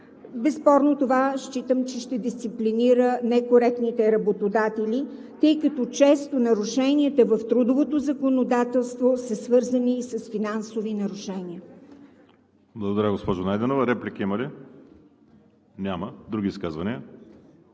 безспорно считам, че това ще дисциплинира некоректните работодатели, тъй като често нарушенията в трудовото законодателство са свързани с финансови нарушения.